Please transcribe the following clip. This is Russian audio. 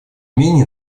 менее